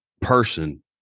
person